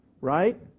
right